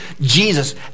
Jesus